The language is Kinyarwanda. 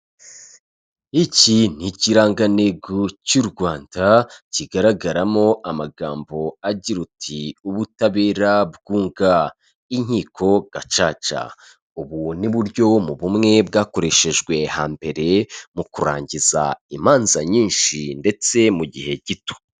Iki ni ikirangagantego cy'u Rwanda kigaragaramo amagambo agira uti "ubutabera bwunga inkiko gacaca", ubu ni buryo bumwe bwakoreshejwe hambere mu kurangiza imanza nyinshi ndetse mu gihe gito.